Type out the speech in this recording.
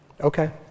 Okay